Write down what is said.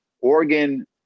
Oregon